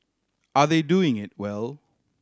are they doing it well